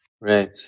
Right